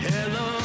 Hello